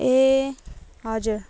ए हजुर